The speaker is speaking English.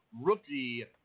Rookie